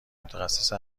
متخصص